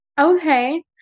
Okay